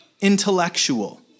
intellectual